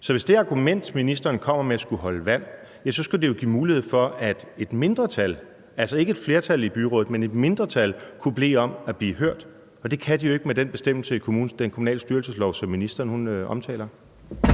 Så hvis det argument, ministeren kommer med, skulle holde vand, så skulle det jo give mulighed for, at ikke bare et flertal i byrådet, men også et mindretal kunne bede om at blive hørt, og det kan de jo ikke med den bestemmelse i den kommunale styrelseslov, som ministeren omtaler.